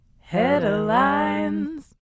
Headlines